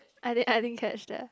I didn't I didn't catch that